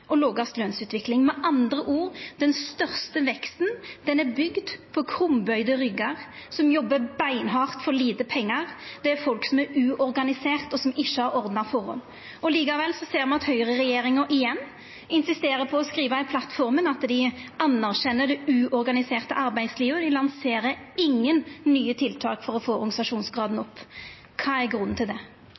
og lågast lønsutvikling. Med andre ord er den største veksten bygd på krumbøygde ryggar, som jobbar beinhardt for lite pengar, det er folk som er uorganiserte, og som ikkje har ordna forhold. Likevel ser me at høyreregjeringa igjen insisterer på å skriva i plattforma at dei «anerkjenner» det uorganiserte arbeidslivet, og dei lanserer ingen nye tiltak for å få opp organisasjonsgraden. Kva er grunnen til det?